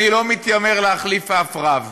אני לא מתיימר להחליף אף רב.